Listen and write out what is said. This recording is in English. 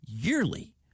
yearly